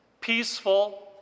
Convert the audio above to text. peaceful